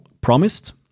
promised